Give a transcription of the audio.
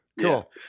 cool